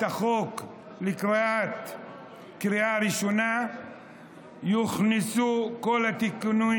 החוק לקריאה ראשונה יוכנסו כל התיקונים